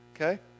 okay